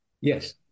Yes